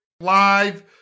live